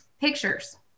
pictures